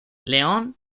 león